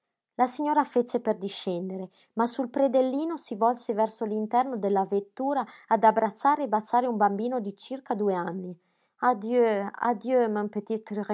la signora fece per discendere ma sul predellino si volse verso l'interno della vettura ad abbracciare e baciare un bambino di circa due anni adieu adieu mon